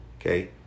okay